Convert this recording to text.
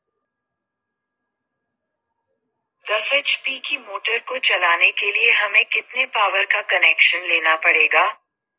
दस एच.पी की मोटर को चलाने के लिए हमें कितने पावर का कनेक्शन लेना पड़ेगा?